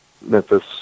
Memphis